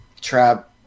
trap